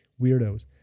weirdos